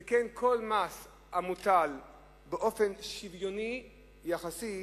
שכן כל מס המוטל באופן שוויוני יחסי